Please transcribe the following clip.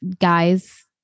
guys